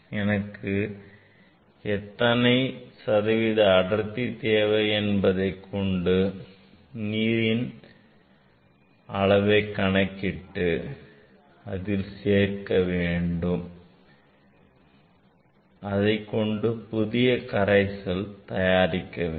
எனக்கு எத்தனை சதவீத அடர்த்தி தேவை என்பதை கொண்டு சேர்க்க வேண்டிய நீரின் அளவை கணக்கிட்டு புதிய கரைசலை தயாரிக்க வேண்டும்